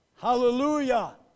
Hallelujah